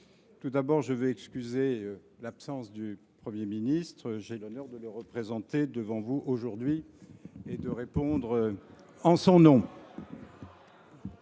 tout d’abord excuser l’absence du Premier ministre. J’ai l’honneur de le représenter devant vous aujourd’hui et de répondre en son nom.